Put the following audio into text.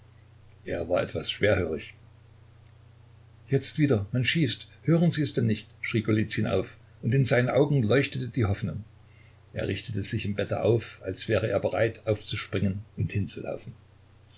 er war etwas schwerhörig jetzt wieder man schießt hören sie es denn nicht schrie golizyn auf und in seinen augen leuchtete die hoffnung er richtete sich im bette auf als wäre er bereit aufzuspringen und